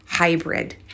hybrid